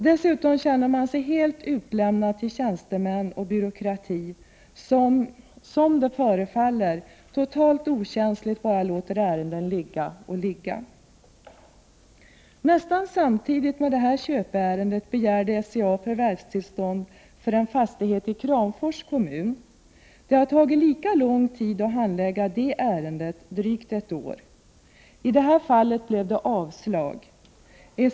Dessutom känner man sig helt utlämnad till tjänstemän och en byråkrati som, förefaller det, totalt okänsligt bara låter ärenden ligga. Ungefär samtidigt med det här köpeärendet begärde SCA förvärvstillstånd för en fastighet i Kramfors kommun. Det har tagit lika lång tid att handlägga det ärendet — drygt ett år. I det här fallet blev det avslag.